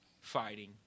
fighting